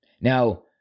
Now